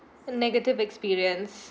negative experience